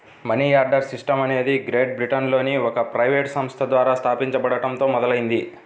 money order system అనేది great బ్రిటన్లోని ఒక ప్రైవేట్ సంస్థ ద్వారా స్థాపించబడటంతో మొదలైంది